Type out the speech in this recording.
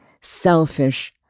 Selfish